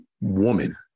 woman